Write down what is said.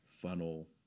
funnel